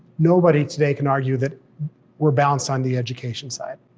nobody today can argue that we're balanced on the education side.